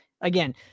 again